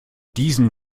diesen